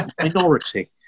minority